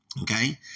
Okay